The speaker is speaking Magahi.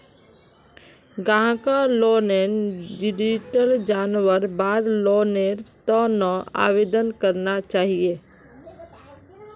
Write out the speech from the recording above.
ग्राहकक लोनेर डिटेल जनवार बाद लोनेर त न आवेदन करना चाहिए